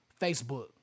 Facebook